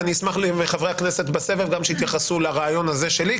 ואני אשמח אם חברי הכנסת בסבב גם שיתייחסו לרעיון הזה שלי,